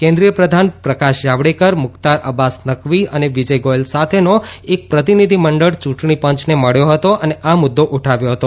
કેન્દ્રિય પ્રધાન પ્રકાશ જાવડેકર મુખતાર અબ્બાસ નકવી અને વિજય ગોયલ સાથેનો એક પ્રતિનિધિમંડળ ચૂંટણી પંચને મળ્યો હતો અને આ મુદ્દો ઉઠાવ્યો હતો